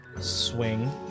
swing